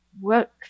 work